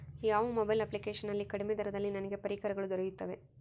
ಯಾವ mobile application ನಲ್ಲಿ ಕಡಿಮೆ ದರದಲ್ಲಿ ನನಗೆ ಪರಿಕರಗಳು ದೊರೆಯುತ್ತವೆ?